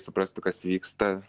suprastų kas vyksta